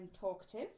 talkative